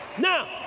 Now